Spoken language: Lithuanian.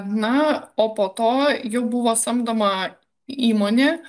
na o po to jau buvo samdoma įmonė